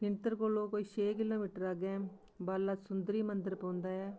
फिंत्तर कोला कोई छे किलोमीटर अग्गें बाला सुंदरी मंदर पौंदा ऐ